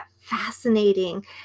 fascinating